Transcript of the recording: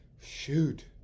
shoot